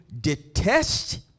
detest